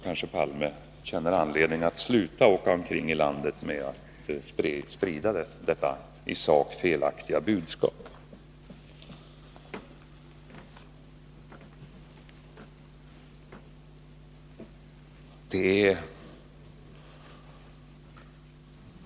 Kanske Olof Palme då finner anledning att sluta åka omkring i landet och sprida detta i sak felaktiga budskap.